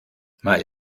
mal